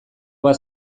bat